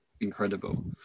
incredible